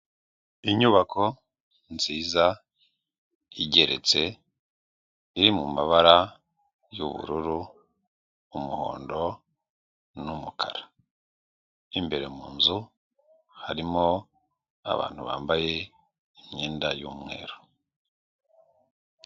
Inyubako nziza igeretse iri mu mabara y'ubururu, umuhondo n'umukara, imbere mu nzu harimo abantu bambaye imyenda y'umweru.